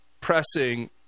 pressing